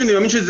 כלומר,